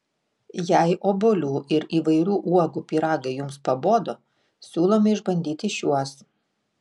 jei obuolių ir įvairių uogų pyragai jums pabodo siūlome išbandyti šiuos